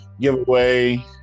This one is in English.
giveaway